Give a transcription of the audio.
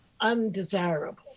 undesirable